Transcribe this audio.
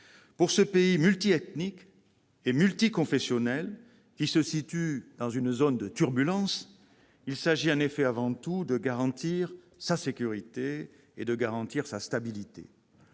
Pour ce pays multiethnique et multiconfessionnel, qui se situe dans une zone de turbulences, il s'agit avant tout de garantir sa sécurité et sa stabilité.